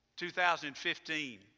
2015